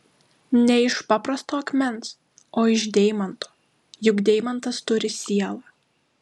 ne iš paprasto akmens o iš deimanto juk deimantas turi sielą